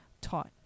taught